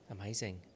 Amazing